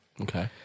Okay